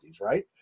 right